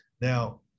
Now